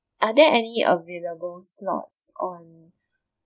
are there any available slots on